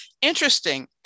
Interesting